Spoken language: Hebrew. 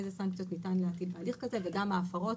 איזה סנקציות ניתן להטיל בהליך כזה וגם ההפרות